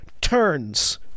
turns